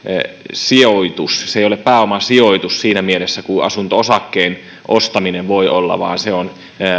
sijoitus se ei ole pääomasijoitus siinä mielessä kuin asunto osakkeen ostaminen voi olla vaan se on